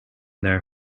their